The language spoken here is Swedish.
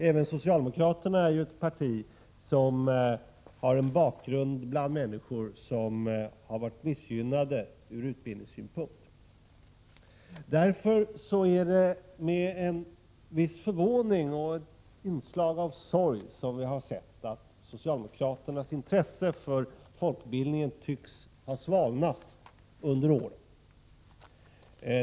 Även socialdemokraterna är ju ett parti som har en bakgrund bland människor som har varit missgynnade ur utbildningssynpunkt. Därför är det med en viss förvåning och ett inslag av sorg som jag har sett att socialdemokraternas intresse för folkbildningen tycks ha svalnat under åren.